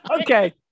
okay